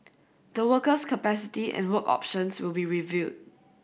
the worker's capacity and work options will be reviewed